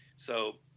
so,